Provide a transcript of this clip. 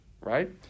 right